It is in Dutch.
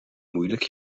moeilijk